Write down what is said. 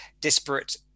disparate